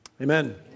Amen